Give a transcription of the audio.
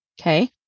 okay